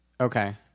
Okay